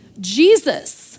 Jesus